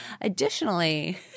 Additionally